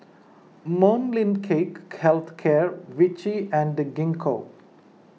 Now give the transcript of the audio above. Molnylcke Health Care Vichy and Gingko